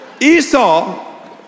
Esau